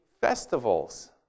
festivals